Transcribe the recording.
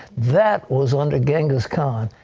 that was under genghis khan.